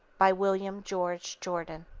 by william george jordan